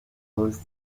post